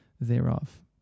thereof